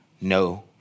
no